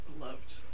loved